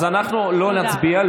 אז אנחנו לא נצביע,